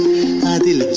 adil